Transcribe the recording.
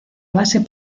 base